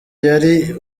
yari